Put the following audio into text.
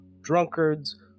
drunkards